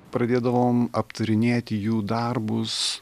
pradėdavom aptarinėti jų darbus